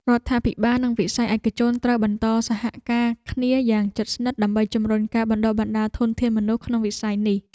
រដ្ឋាភិបាលនិងវិស័យឯកជនត្រូវបន្តសហការគ្នាយ៉ាងជិតស្និទ្ធ ដើម្បីជំរុញការបណ្តុះបណ្តាលធនធានមនុស្សក្នុងវិស័យនេះ។